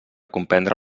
comprendre